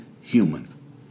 human